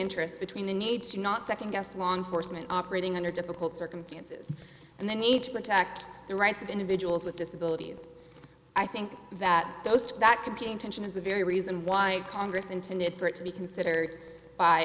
interests between the need to not second guess law enforcement operating under difficult circumstances and the need to protect the rights of individuals with disabilities i think that that could be intention is the very reason why congress intended for it to be considered by